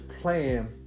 playing